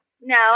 No